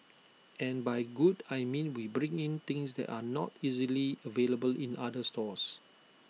and by good I mean we bring in things that are not easily available in other stores